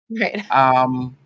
Right